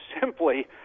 simply